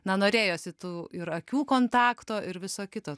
na norėjosi tų ir akių kontakto ir visa kita